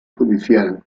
judicial